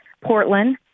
Portland